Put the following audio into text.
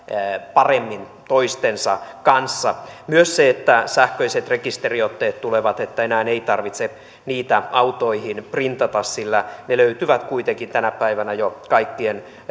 paremmin toistensa kanssa ja myös sitä että sähköiset rekisteriotteet tulevat että enää ei tarvitse niitä autoihin printata sillä ne löytyvät kuitenkin tänä päivänä jo kaikkien